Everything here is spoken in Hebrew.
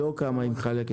לא כמה היא מחלקת.